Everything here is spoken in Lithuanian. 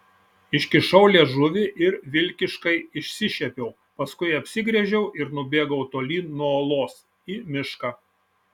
iškišau liežuvį ir vilkiškai išsišiepiau paskui apsigręžiau ir nubėgau tolyn nuo olos į mišką